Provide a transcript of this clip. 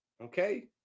Okay